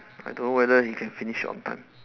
I don't know whether you can finish on time